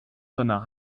seiner